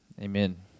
Amen